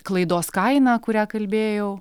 klaidos kaina kurią kalbėjau